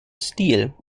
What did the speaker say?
stil